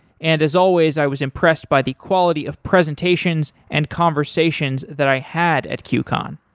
and as always, i was impressed by the quality of presentations and conversations that i had at qcon.